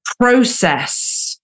process